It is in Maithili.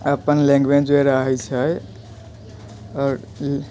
अपन लैंग्वेजमे रहै छै आओर ई